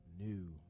new